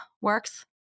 works